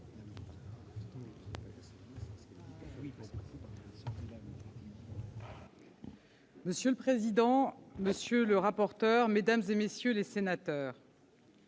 Monsieur le président, monsieur le rapporteur, mesdames, messieurs les sénateurs,